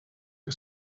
que